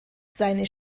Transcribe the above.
seine